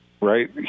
right